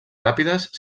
ràpides